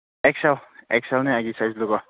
X L X ꯑꯦꯜꯅꯦ ꯑꯩꯒꯤ ꯁꯥꯏꯁꯇꯣ ꯀꯣ